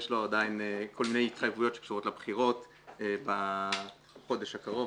יש לו עדיין כל מיני התחייבויות שקשורות לבחירות בחודש הקרוב,